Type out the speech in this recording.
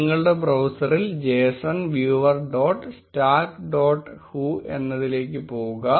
നിങ്ങളുടെ ബ്രൌസറിൽ json viewer dot stack dot hu എന്നതിലേക്ക് പോവുക